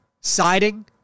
siding